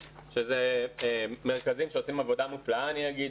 שהם מרכזים שעושים עבודה מופלאה אני אגיד